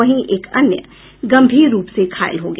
वहीं एक अन्य गंभीर रूप से घायल हो गया